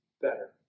better